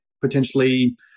potentially